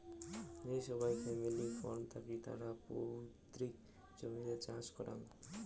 যে সোগায় family farm থাকি তারা পৈতৃক জমিতে চাষ করাং